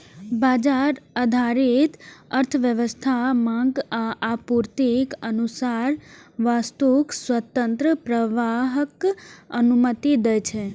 बाजार आधारित अर्थव्यवस्था मांग आ आपूर्तिक अनुसार वस्तुक स्वतंत्र प्रवाहक अनुमति दै छै